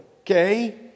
okay